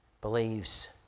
believes